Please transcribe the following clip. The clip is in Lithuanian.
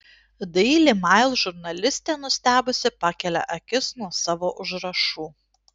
daily mail žurnalistė nustebusi pakelia akis nuo savo užrašų